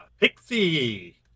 Pixie